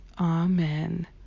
Amen